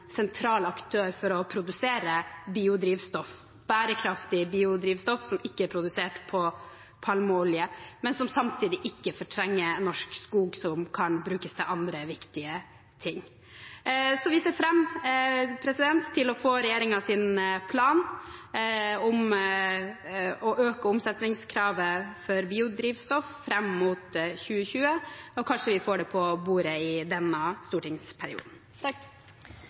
sentral aktør for å produsere bærekraftig biodrivstoff som ikke er produsert av palmeolje, men som samtidig ikke fortrenger norsk skog som kan brukes til andre viktige ting. Så vi ser fram til å få regjeringens plan om å øke omsetningskravet for biodrivstoff fram mot 2020, og kanskje vi får det på bordet i denne stortingsperioden.